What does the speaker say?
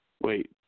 Wait